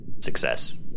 Success